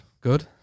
good